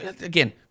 again